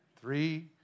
Three